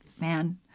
man